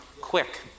quick